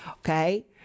Okay